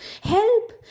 help